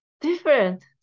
different